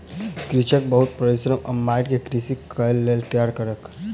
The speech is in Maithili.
कृषक बहुत परिश्रम सॅ माइट के कृषि कार्यक लेल तैयार केलक